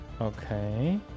okay